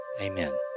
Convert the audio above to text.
Amen